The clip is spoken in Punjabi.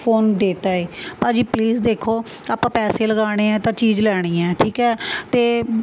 ਫੋਨ ਦੇਤਾ ਹੈ ਭਾਅ ਜੀ ਪਲੀਜ਼ ਦੇਖੋ ਆਪਾਂ ਪੈਸੇ ਲਗਾਉਣੇ ਆ ਤਾਂ ਚੀਜ਼ ਲੈਣੀ ਹੈ ਠੀਕ ਹੈ ਅਤੇ